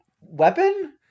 weapon